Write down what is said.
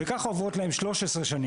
וכך עוברות להן 13 שנים.